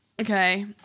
Okay